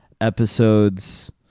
episodes